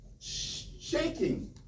shaking